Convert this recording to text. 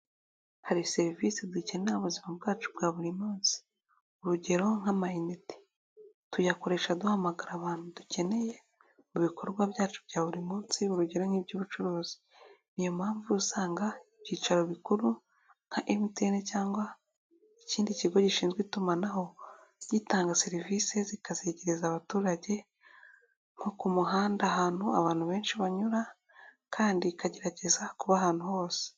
Hari serivisi dukenera mu buzima bwacu bwa buri munsi urugero: nk'amainite. Tuyakoresha duhamagara abantu dukeneye. Mu bikorwa byacu bya buri munsi urugero nk'iby'ubucuruzi. Niyo mpamvu usanga ibyicaro bikuru nka MTN cyangwa ikindi kigo gishinzwe itumanaho, gitanga serivisi kikazegereza abaturage nko ku muhanda ahantu abantu benshi banyura kandi ikagerageza kuba ahantu hose.